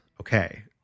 okay